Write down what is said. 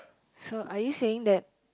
so are you saying that